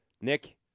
Nick